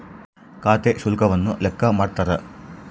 ಖಾತೆ ಶುಲ್ಕವನ್ನು ಲೆಕ್ಕ ಮಾಡ್ತಾರ